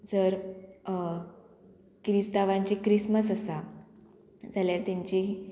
जर क्रिस्तांवांची क्रिस्मस आसा जाल्यार तेंची